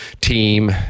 team